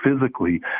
physically